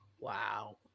Wow